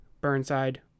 Burnside